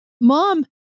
Mom